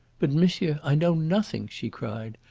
but, monsieur, i know nothing, she cried.